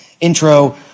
intro